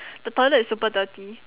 the toilet is super dirty